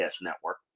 Network